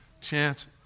Chance